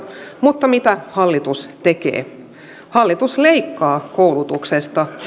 mutta mitä hallitus tekee hallitus leikkaa koulutuksesta